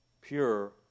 pure